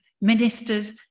ministers